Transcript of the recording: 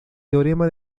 teorema